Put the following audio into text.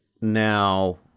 now